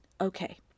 Okay